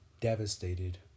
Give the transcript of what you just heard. devastated